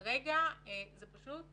כרגע זו פשוט